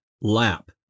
lap